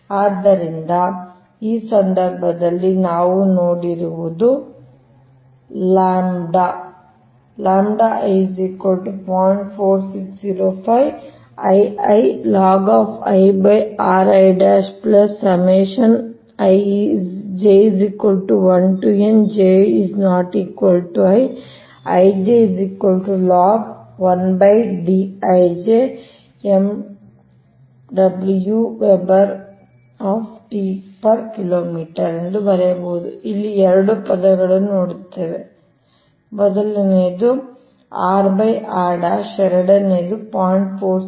ಆದ್ದರಿಂದ ಈ ಸಂದರ್ಭದಲ್ಲಿ ನಾವು ನೋಡಿರುವುದು λ ಎಂದು ಬರೆಯಬಹುದು ಇಲ್ಲಿ ಎರಡು ಪದಗಳನ್ನು ನೋಡುತ್ತೇವೆ ಮೊದಲನೆದು rr ಎರಡನೆದು 0